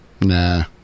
nah